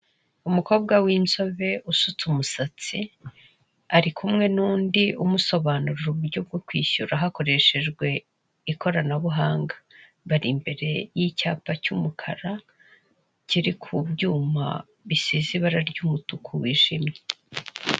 Umukobwa w'inzobe usutse umusatsi, ari kumwe n'undi umusobanurira uburyo bwo kwishyura hakoreshejwe ikoranabuhanga. Bari imbere y'icyapa cy'umukara, kiri ku byuma bisize ibara ry'umutuku wijimye.